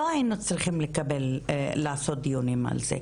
לא היינו צריכים לעשות דיונים על זה,